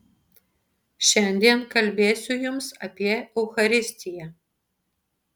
šiandien kalbėsiu jums apie eucharistiją